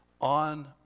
on